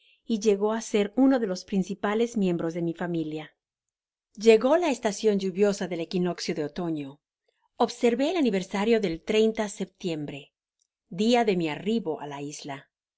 y llegó á ser uno de los principales miembros de mi familia llegó la estacion lluviosa del equineccio de otoño observé el aniversario del septiembre día de mi arribo á ta isla